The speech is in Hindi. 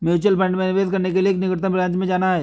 म्यूचुअल फंड में निवेश करने के लिए निकटतम ब्रांच में जाना